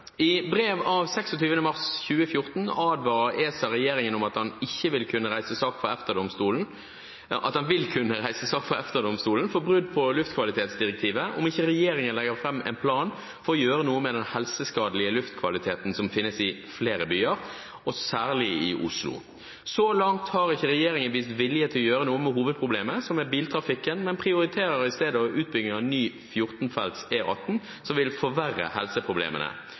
i hvert fall spørsmålet mitt til klima- og miljøministeren: «I brev av 26. mars 2014 advarer ESA regjeringen om at den vil kunne reise sak for EFTA-domstolen for brudd på luftkvalitetsdirektivet om ikke regjeringen legger fram en plan for å gjøre noe med den helseskadelige luftkvaliteten som finnes i flere byer, men særlig i Oslo. Så langt har ikke regjeringen vist vilje til å gjøre noe med hovedproblemet, som er biltrafikken, men prioriterer i stedet utbygging av ny inntil 14-felts E18 som vil forverre helseproblemene.